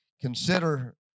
consider